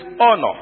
honor